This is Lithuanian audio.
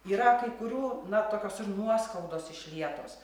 yra kai kurių na tokios ir nuoskaudos išlietos